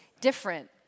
different